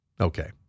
Okay